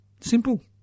Simple